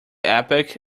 epoch